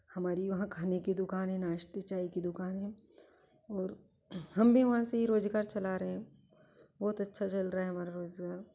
हमारी वहाँ खाने की दुकानें नाश्ते चाय की दुकान है और हम भी वहाँ से ही रोजगार चला रहे हैं बहुत अच्छा चल रहा है हमारा रोजगार